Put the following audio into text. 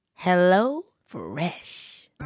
HelloFresh